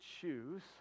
choose